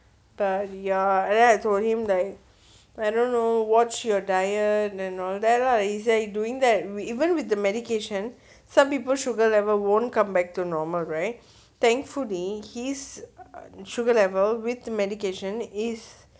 but ya and then I told him like I don't know watch your diet and all that lah he said he doing that even with the medication some people sugar level won't come back to normal right thankfully his sugar level with the medication is